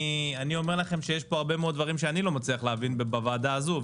יש פה הרבה מאוד דברים שאני לא מצליח להבין בוועדה הזו,